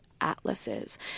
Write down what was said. atlases